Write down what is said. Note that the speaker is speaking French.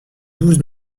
douze